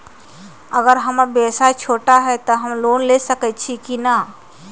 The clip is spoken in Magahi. अगर हमर व्यवसाय छोटा है त हम लोन ले सकईछी की न?